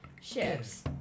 ships